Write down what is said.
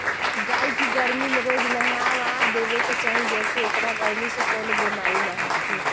गाई के गरमी में रोज नहावा देवे के चाही जेसे एकरा गरमी से कवनो बेमारी ना होखे